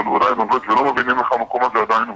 והוא עדיין עומד ולא מבינים איך המקום הזה עדיין עובד.